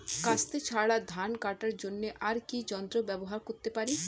কাস্তে ছাড়া ধান কাটার জন্য আর কি যন্ত্র ব্যবহার করতে পারি?